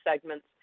segments